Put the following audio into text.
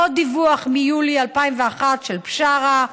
עוד דיווח, מיולי 2001, של בשארה.